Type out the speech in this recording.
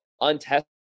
untested